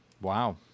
Wow